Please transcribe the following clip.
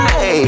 Hey